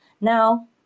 Now